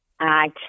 act